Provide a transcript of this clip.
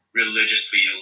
religiously